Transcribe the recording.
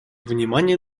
внимание